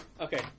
Okay